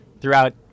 throughout